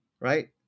Right